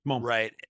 right